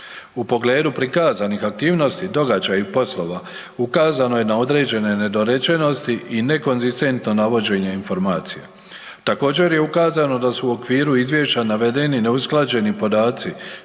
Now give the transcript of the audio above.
U pogledu prikazanih aktivnosti, događaja i poslova ukazano je na određene nedorečenosti i nekonzistentno navođenje informacija. Također je ukazano da su u okviru izvješća navedeni neusklađeni podaci